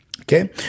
Okay